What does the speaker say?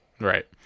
right